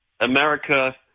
America